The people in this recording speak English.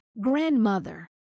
Grandmother